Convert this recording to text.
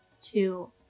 two